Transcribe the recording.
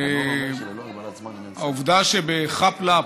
העובדה שבחאפ-לאפ,